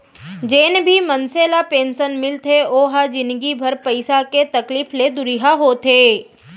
जेन भी मनसे ल पेंसन मिलथे ओ ह जिनगी भर पइसा के तकलीफ ले दुरिहा होथे